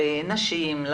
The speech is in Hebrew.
לנשים,